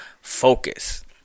Focus